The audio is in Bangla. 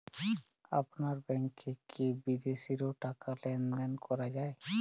আপনার ব্যাংকে কী বিদেশিও টাকা লেনদেন করা যায়?